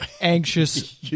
anxious